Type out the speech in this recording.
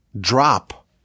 drop